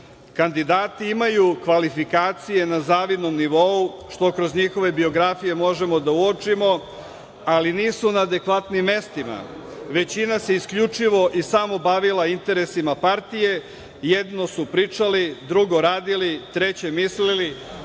čovek. Kandidati imaju kvalifikacije na zavidnom nivou, što kroz njihove biografije možemo da uočimo, ali nisu na adekvatnim mestima. Većina se isključivo i samo bavila interesima partije. Jedno su pričali, drugo radili, treće mislili,